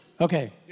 Okay